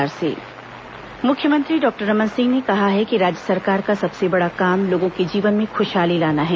मुख्यमंत्री टिफिन वितरण योजना मुख्यमंत्री डॉक्टर रमन सिंह ने कहा है कि राज्य सरकार का सबसे बड़ा काम लोगों के जीवन में खुशहाली लाना है